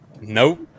Nope